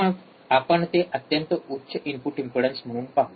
मग आपण ते अत्यंत उच्च इनपुट इम्पेडन्स म्हणून पाहू